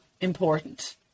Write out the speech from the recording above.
important